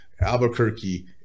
Albuquerque